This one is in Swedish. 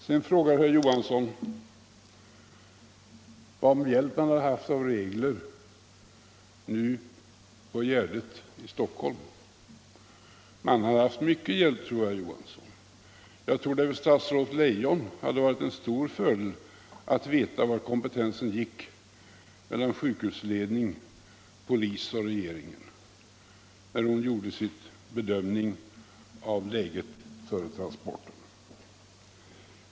Sedan frågar herr Johansson vilken hjälp man skulle ha haft av regler nu på Gärdet i Stockholm. Jag tror att man hade haft mycken hjälp av regler, herr Johansson. Jag tror att det för statsrådet Leijon hade varit en stor fördel att veta var kompetensen gick mellan sjukhusledningen, polisen och regeringen när hon gjorde sin bedömning av läget före transporten.